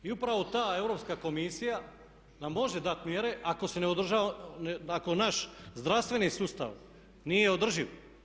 I upravo ta Europska komisija nam može dati mjere ako se ne održava, ako naš zdravstveni sustav nije održiv.